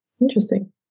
Interesting